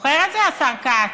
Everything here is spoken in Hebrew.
זוכר את זה, השר כץ?